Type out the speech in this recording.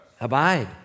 Abide